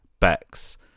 Bex